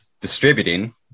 distributing